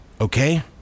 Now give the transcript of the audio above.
Okay